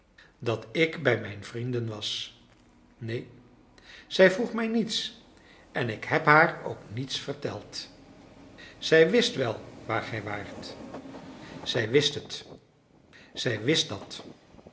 dat ik bij mijn vrienden was neen zij vroeg mij niets en ik heb haar ook niets verteld zij wist wel waar gij waart zij wist het zij wist dat